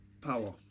Power